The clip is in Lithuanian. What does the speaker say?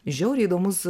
žiauriai įdomus